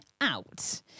out